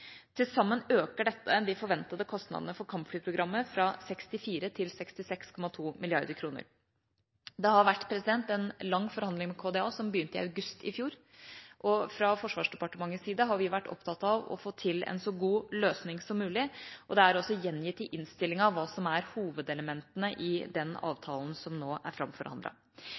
Til sammen øker dette de forventede kostnadene for kampflyprogrammet fra 64 til 66,2 mrd. kr. Det har vært en lang forhandling med KDA, den begynte i august i fjor. Fra Forsvarsdepartementets side har vi vært opptatt av å få til en så god løsning som mulig, og det er også gjengitt i innstillinga hva som er hovedelementene i den avtalen som nå er